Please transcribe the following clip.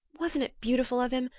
wasn't it beautiful of him?